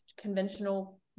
conventional